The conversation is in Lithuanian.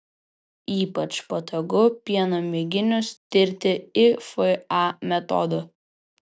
ypač patogu pieno mėginius tirti ifa metodu